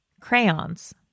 crayons